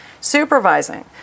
supervising